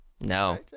no